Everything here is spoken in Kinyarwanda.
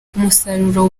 umusaruro